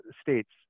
states